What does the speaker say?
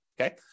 okay